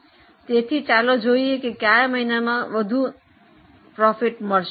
તેથી ચાલો જોઈએ કે કયા મહિનામાં વધુ નફો મળશે